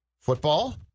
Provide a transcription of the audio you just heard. football